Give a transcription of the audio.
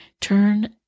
turn